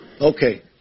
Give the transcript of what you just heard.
Okay